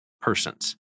persons